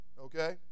okay